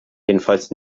jedenfalls